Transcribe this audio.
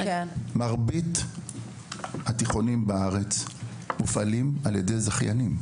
מרבית התיכונים בארץ מופעלים על ידי זכיינים.